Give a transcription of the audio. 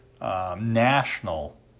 national